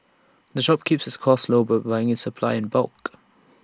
the shop keeps its costs low by buying its supplies in bulk